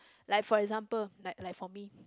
like for example like like for me